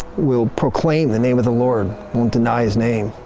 will proclaim the name of the lord, won't deny his name.